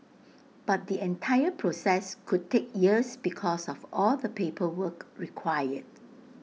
but the entire process could take years because of all the paperwork required